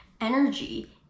energy